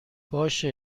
باشه